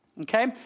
Okay